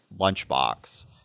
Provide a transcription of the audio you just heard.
lunchbox